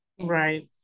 Right